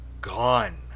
gone